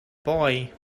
boy